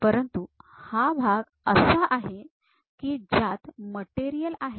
परंतु हा भाग असा आहे की ज्यात मटेरियल आहे